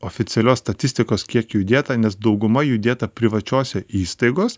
oficialios statistikos kiek jų įdėta nes dauguma jų įdėta privačiose įstaigos